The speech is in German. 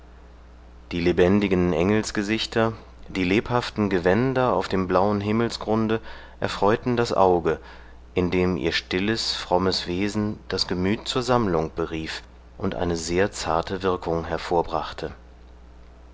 die lebendigen engelsgesichter die lebhaften gewänder auf dem blauen himmelsgrunde erfreuten das auge indem ihr stilles frommes wesen das gemüt zur sammlung berief und eine sehr zarte wirkung hervorbrachte